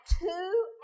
two